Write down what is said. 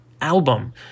album